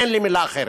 אין לי מילה אחרת.